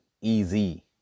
easy